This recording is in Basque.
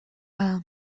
bada